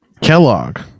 Kellogg